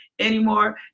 Anymore